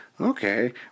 Okay